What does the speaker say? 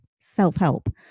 Self-help